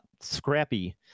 Scrappy